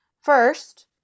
first